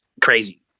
crazy